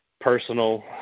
personal